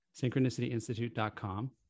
synchronicityinstitute.com